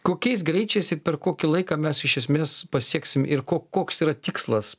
kokiais greičiais ir per kokį laiką mes iš esmės pasieksim ir ko koks yra tikslas